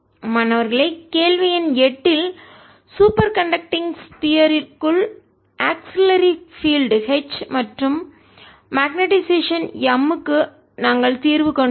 மாணவர்களே கேள்வி எண் 8 இல் சூப்பர் கண்டக்டிங் ஸ்பியர் கோளத்திற்குள் ற்குள் ஆக்ஸிலரி பீல்டு துணைப் புலம் H மற்றும் மக்னெட்டைசேஷன் காந்தமயமாக்கல் M க்கு நாங்கள் தீர்வு கண்டோம்